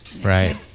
Right